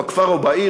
בכפר או בעיר,